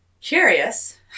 Curious